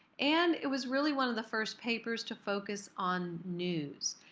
and it was really one of the first papers to focus on news.